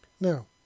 now